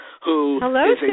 Hello